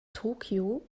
tokyo